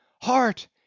heart